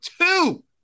two